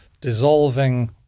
dissolving